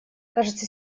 кажется